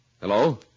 Hello